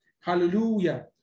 Hallelujah